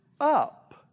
up